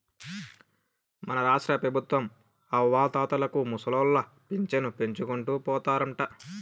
మన రాష్ట్రపెబుత్వం అవ్వాతాతలకు ముసలోళ్ల పింఛను పెంచుకుంటూ పోతారంట